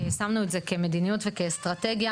שמנו את זה כמדיניות וכאסטרטגיה,